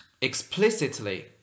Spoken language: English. explicitly